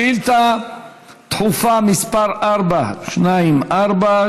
שאילתה דחופה מס' 424,